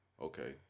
Okay